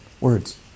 Words